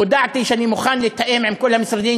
הודעתי שאני מוכן לתאם עם כל המשרדים,